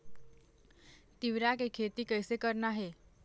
तिऊरा के खेती कइसे करना हे?